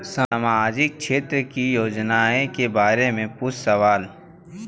सामाजिक क्षेत्र की योजनाए के बारे में पूछ सवाल?